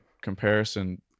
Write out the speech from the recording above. comparison